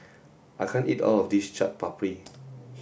I can't eat all of this Chaat Papri